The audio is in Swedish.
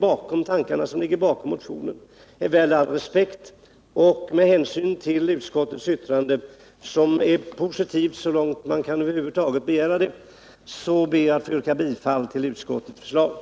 Tankarna som ligger bakom motionen är värda all respekt, och med hänsyn till utskottets yttrande, som är positivt så långt man över huvud taget kan begära, ber jag att få yrka bifall till utskottets hemställan.